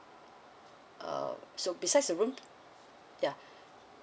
uh so besides the room yeah